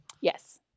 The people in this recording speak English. Yes